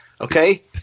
Okay